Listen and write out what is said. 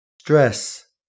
stress